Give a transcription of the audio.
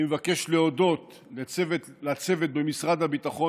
אני מבקש להודות לצוות במשרד הביטחון